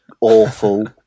awful